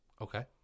Okay